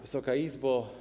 Wysoka Izbo!